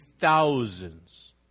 thousands